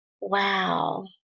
Wow